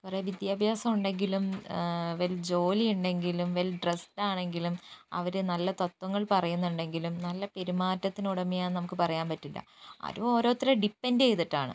കുറേ വിദ്യാഭ്യാസം ഉണ്ടെങ്കിലും വെൽ ജോലി ഉണ്ടെങ്കിലും വെൽ ഡ്രെസ്സ്ഡ് ആണെങ്കിലും അവർ നല്ല തത്ത്വങ്ങൾ പറയുന്നുണ്ടെങ്കിലും നല്ല പെരുമാറ്റത്തിന് ഉടമയാണെന്നു നമുക്ക് പറയാൻ പറ്റില്ല അത് ഓരോരുത്തരെ ഡിപ്പന്റ് ചെയ്തിട്ടാണ്